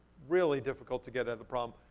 really difficult to get out of the problem.